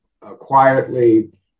quietly